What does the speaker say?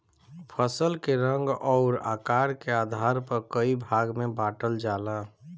फसल के रंग अउर आकार के आधार पर कई भाग में बांटल जाला